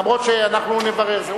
אף שאנחנו נברר זאת.